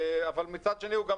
אבל מצד שני הוא גם